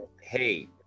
hey